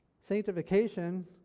Sanctification